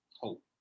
hope